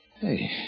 Hey